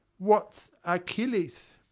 what's achilles?